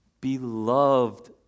Beloved